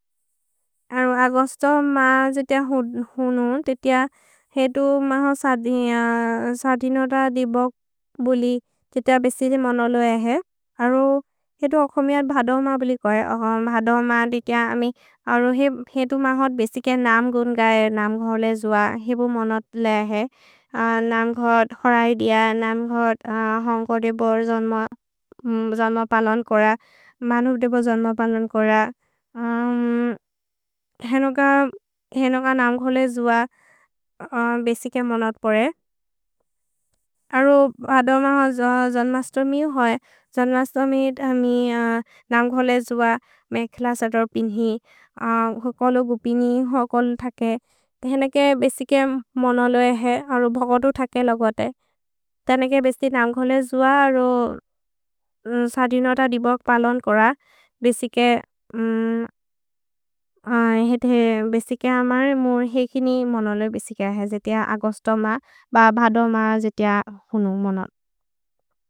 अगोस्तोम् म जेतेअ हुनुन्, तेतेअ हेतु मह सर्दिनोत दिबोग् बुलि, तेतेअ बेसिलि मनलो एहे। अरो हेतु अखोमिअर् भदोउम बिलिकोइ, अखोम् भदोउम दितेअ अमि, अरो हेतु महत् बेसिके नाम् गुन् गये, नाम् घोले जुअ, हेबु मनत् लेहे। नाम् घोद् होरै दिअ, नाम् घोद् होन्ग् घोदे बोर् जोन्म पलोन् कोर, मनु देबो जोन्म पलोन् कोर, हेनोक नाम् घोले जुअ बेसिके मनत् परे। अरो भदोउम जोह जोन्मस्तोमि होइ, जोन्मस्तोमि अमि नाम् घोले जुअ, मेख्ल सर्दोर् पिन्हि, होकोलो गु पिन्हि, होकोलो थेके। तेनेके बेसिके मनलो एहे, अरो भगतु थेके लगोते। तेनेके बेसिति नाम् घोले जुअ, अरो सर्दिनोत दिबोग् पलोन् कोर, बेसिके, बेसिके अमरे मोर् हेकिनि मनलो बेसिके अहे, जेतिअ अगोस्तो म, ब भदोउम जेतिअ होनु मनलो।